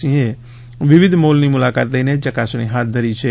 સિંહે વિવિધ મોલની મુલાકાત લઇને ચકાસણી હાથ ધરી છે